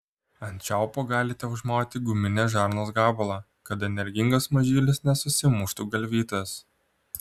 ant čiaupo galite užmauti guminės žarnos gabalą kad energingas mažylis nesusimuštų galvytės